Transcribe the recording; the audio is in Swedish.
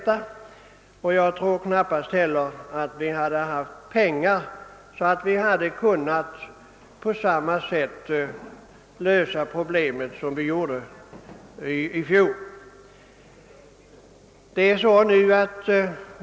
Jag tror för övrigt knappast heller att det finns pengar så att vi skulle ha kunnat lösa problemen på samma sätt i år som i fjol.